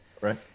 Right